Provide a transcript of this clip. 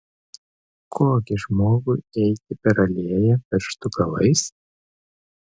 ko gi žmogui eiti per alėją pirštų galais